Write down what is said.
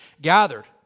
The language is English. gathered